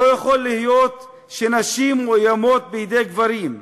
לא יכול להיות שנשים מאוימות על-ידי גברים,